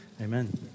Amen